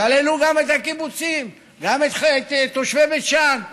כללו גם את הקיבוצים, גם את תושבי בית שאן,